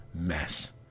mess